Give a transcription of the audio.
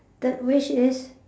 third wish is